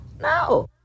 No